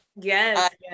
Yes